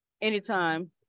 anytime